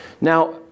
Now